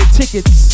tickets